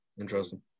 Interesting